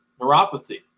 neuropathy